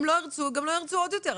הם לא ירצו, גם לא ירצו עוד יותר.